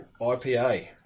IPA